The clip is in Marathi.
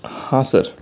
हां सर